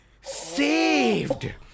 saved